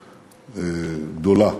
גדולה,